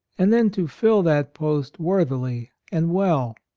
and then to fill that post worthily and well.